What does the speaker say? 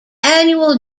annual